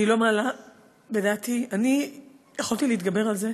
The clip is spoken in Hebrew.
אני יכולתי להתגבר על זה,